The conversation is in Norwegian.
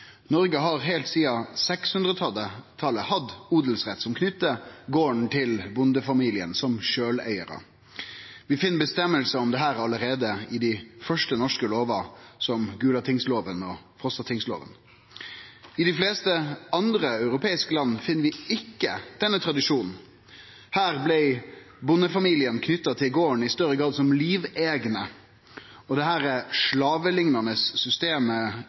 Noreg har heilt sidan 600-talet hatt odelsrett, som knyter garden til bondefamilien som sjølveigarar. Vi finn avgjerder om dette allereie i dei første norske lovene, som Gulatingslova og Frostatingslova. I dei fleste andre europeiske landa finn vi ikkje denne tradisjonen. Her blei bondefamilien knytt til garden i større grad som liveigne, og dette slaveliknande systemet